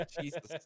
Jesus